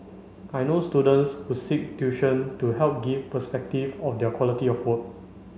I know students who seek tuition to help give perspective of their quality of work